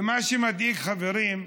ומה שמדאיג, חברים,